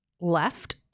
left